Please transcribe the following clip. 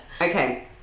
Okay